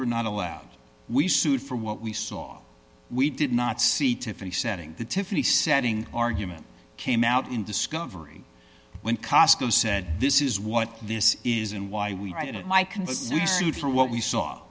were not allowed we sued for what we saw we did not see tiffany setting the tiffany setting argument came out in discovery when cosco said this is what this is and why we